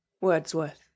Wordsworth